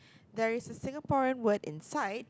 there is a Singaporean word inside